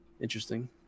Interesting